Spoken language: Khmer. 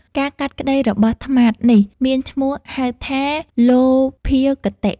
ការកាត់ក្ដីរបស់ត្នោតនេះ មានឈ្មោះហៅថា លោភាគតិ។